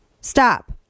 Stop